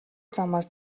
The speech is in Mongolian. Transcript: замаар